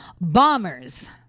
bombers